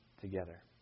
together